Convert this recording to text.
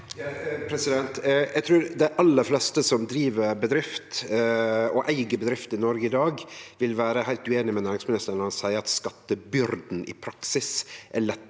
Eg trur dei aller fleste som driv bedrift og eig bedrift i Noreg i dag, vil vere heilt ueinig med næringsministeren når han seier at skattebyrda i praksis er lettare